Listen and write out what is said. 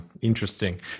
interesting